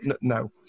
No